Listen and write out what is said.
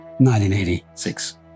1986